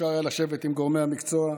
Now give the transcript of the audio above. אפשר היה לשבת עם גורמי המקצוע.